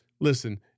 listen